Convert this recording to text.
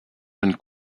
jeune